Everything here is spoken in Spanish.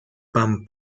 pan